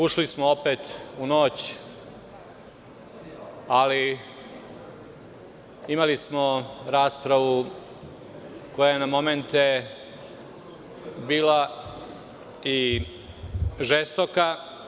Ušli smo opet u noć, ali imali smo raspravu koja je na momente bila i žestoka.